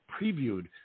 previewed